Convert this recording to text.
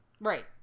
Right